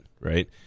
right